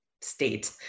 state